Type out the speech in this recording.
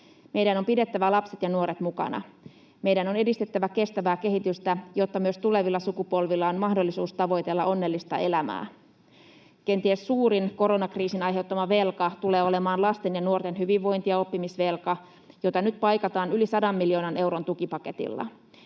Meidän on pidettävä lapset ja nuoret mukana. Meidän on edistettävä kestävää kehitystä, jotta myös tulevilla sukupolvilla on mahdollisuus tavoitella onnellista elämää. Kenties suurin koronakriisin aiheuttama velka tulee olemaan lasten ja nuorten hyvinvointi‑ ja oppimisvelka, jota nyt paikataan yli 100 miljoonan euron tukipaketilla.